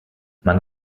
man